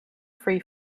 free